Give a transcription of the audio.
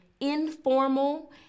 informal